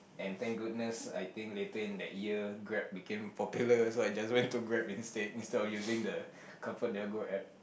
and thank goodness I think between that year Grab became popular so I just went to Grab instead instead of using the Comfort Delgro App